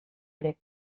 ere